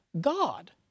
God